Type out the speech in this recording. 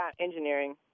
engineering